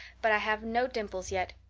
but i have no dimples yet.